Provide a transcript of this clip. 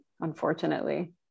unfortunately